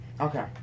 Okay